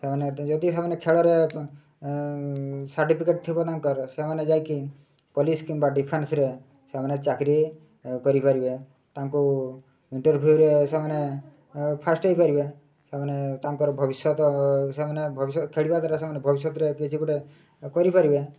ସେମାନେ ଯଦି ସେମାନେ ଖେଳରେ ସାର୍ଟିଫିକେଟ୍ ଥିବ ତାଙ୍କର ସେମାନେ ଯାଇକି ପୋଲିସ କିମ୍ବା ଡିଫେନ୍ସରେ ସେମାନେ ଚାକିରୀ କରିପାରିବେ ତାଙ୍କୁ ଇଣ୍ଟରଭିଉରେ ସେମାନେ ଫାଷ୍ଟ ହେଇପାରିବେ ସେମାନେ ତାଙ୍କର ଭବିଷ୍ୟତ ସେମାନେ ଭବିଷ୍ୟତ ଖେଳିବା ଦ୍ୱାରା ସେମାନେ ଭବିଷ୍ୟତରେ କିଛି ଗୁଟେ କରିପାରିବେ